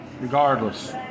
Regardless